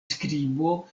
skribo